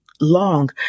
long